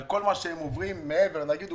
וכל מה שהם עוברים מעבר לזה,